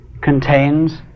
contains